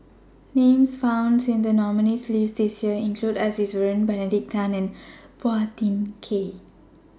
Names found in The nominees' list This Year include S Iswaran Benedict Tan and Phua Thin Kiay